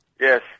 Yes